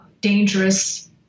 dangerous